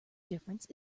difference